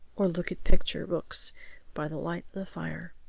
or look at picture-books by the light of the fire.